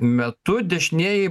metu dešinieji